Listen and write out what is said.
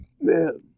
man